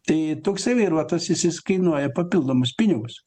tai toksai vairuotojas jis kainuoja papildomus pinigus